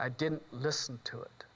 i didn't listen to it